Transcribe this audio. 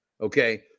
Okay